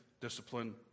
discipline